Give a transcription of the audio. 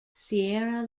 sierra